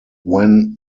when